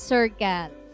Circle